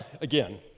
again